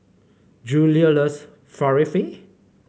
Julie loves Falafel